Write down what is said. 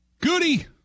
Goody